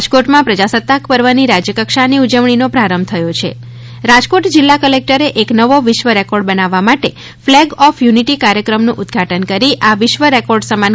રાજકોટમાં પ્રજાસત્તાક પર્વની રાજ્યકક્ષાની ઉજવણીનો પ્રારંભ થયો છે રાજકોટ જિલ્લા કલેકટર એક નવો વિશ્વ રેકોર્ડ બનાવવા માટે ફ્લેગ ઓફ યુનિટી કાર્યક્રમનું ઉદઘાટન કરી આ વિશ્વરેકોર્ડ સમાન ઘટનાની શરૂઆત કરી છે